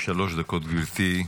גברתי,